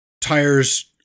tires